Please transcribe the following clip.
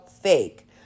fake